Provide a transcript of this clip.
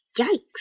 Yikes